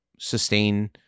sustain